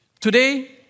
Today